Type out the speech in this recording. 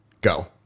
Go